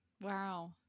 Wow